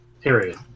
period